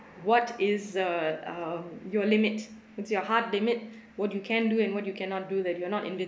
what is err um your limit what's your heart limit what you can do and what you cannot do that you are not invisible